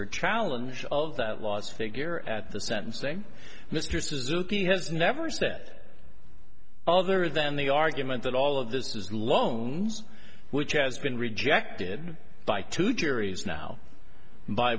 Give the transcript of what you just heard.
or challenge of that last figure at the sentencing mr suzuki has never said other than the argument that all of this is loans which has been rejected by two juries now by